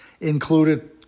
included